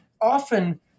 Often